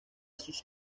sus